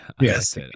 Yes